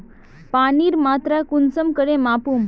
पानीर मात्रा कुंसम करे मापुम?